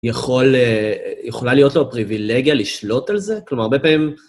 יכולה להיות לו פריבילגיה לשלוט על זה? כלומר, הרבה פעמים...